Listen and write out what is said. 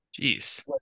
Jeez